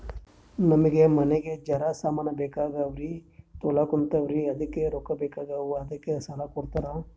ನಮಗ ಮನಿಗಿ ಜರ ಸಾಮಾನ ಬೇಕಾಗ್ಯಾವ್ರೀ ತೊಗೊಲತ್ತೀವ್ರಿ ಅದಕ್ಕ ರೊಕ್ಕ ಬೆಕಾಗ್ಯಾವ ಅದಕ್ಕ ಸಾಲ ಕೊಡ್ತಾರ?